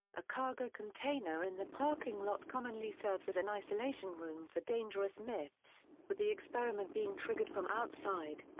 a cargo container in the parking lot commonly serves as an isolation room for dangerous myths, with the experiment being triggered from outside.